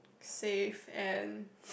safe and